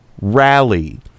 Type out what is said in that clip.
rally